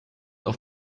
auf